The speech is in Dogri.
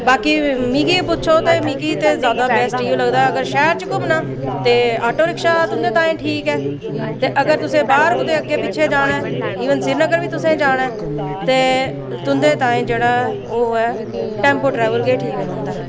ते बाकी मिगी पुच्छो मिगी ते ज्यादा बैस्ट इ'यै लगदा अगर शैह्र च घुम्मना ते ऑटो रिक्शा तुं'दे ताहीं ठीक ऐ ते अगर तुसें बाह्र अग्गें पिच्छें जाना ऐ ईवन श्रीनगर बी तुसें जाना ऐ के तुं'दे ताहीं जेह्ड़ा ओह् ऐ टैम्पो ट्रैवल गै ठीक रौंह्दा ऐ